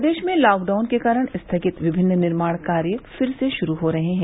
प्रदेश में लॉकडाउन के कारण स्थगित विभिन्न निर्माण कार्य फिर से शुरू हो रहे हैं